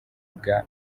bwa